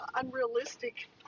unrealistic